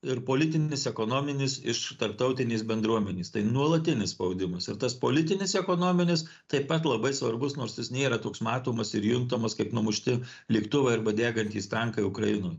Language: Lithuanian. ir politinis ekonominis iš tarptautinės bendruomenės tai nuolatinis spaudimas ir tas politinis ekonominis taip pat labai svarbus nors jis nėra toks matomas ir juntamas kaip numušti lėktuvai arba degantys tankai ukrainoj